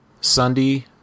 Sunday